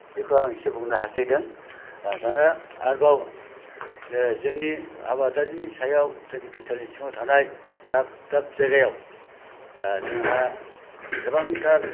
बेखौ आं इसे बुंनो हासथायदों दाना आरोबाव जोंनि आबादारिनि सायाव जोंनि बि टि आर नि सिङाव थानाय दाब दाब जायगायाव जोंहा गोबांथार